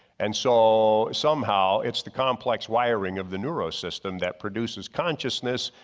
and so, somehow it's the complex wiring of the neuro system that produces consciousness,